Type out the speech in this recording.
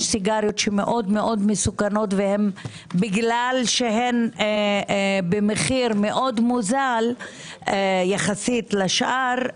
סיגריות מאוד מסוכנות ובגלל שהן במחיר מאוד מוזל יחסית לשאר,